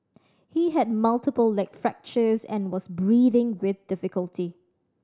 he had multiple leg fractures and was breathing with difficulty